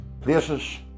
places